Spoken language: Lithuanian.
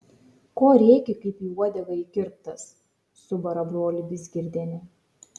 ko rėki kaip į uodegą įkirptas subara brolį vizgirdienė